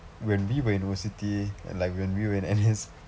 when we were in O_C_T and like when we were in N_S